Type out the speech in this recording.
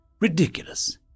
ridiculous